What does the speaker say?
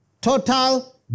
Total